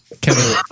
Kevin